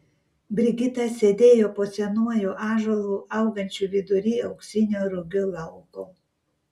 brigita sėdėjo po senuoju ąžuolu augančiu vidury auksinio rugių lauko